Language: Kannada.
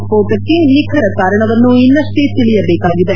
ಸ್ತೋಟಕ್ಕೆ ನಿಖರ ಕಾರಣವನ್ನು ಇನ್ನಷ್ಟೆ ತಿಳಿಯಬೇಕಾಗಿದೆ